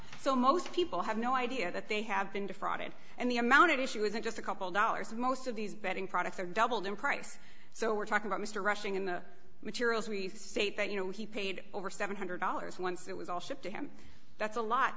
so most people have no idea that they have been defrauded and the amount at issue isn't just a couple dollars most of these bedding products are doubled in price so we're talking about mr rushing in the materials we say that you know he paid over seven hundred dollars once it was all shipped to him that's a lot